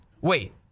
Wait